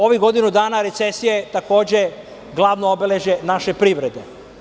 Ovih godinu dana recesija je takođe glavno obeležje naše privrede.